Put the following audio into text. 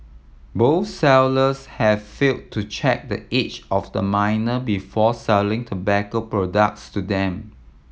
both sellers had failed to check the age of the minor before selling tobacco products to them